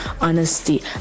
honesty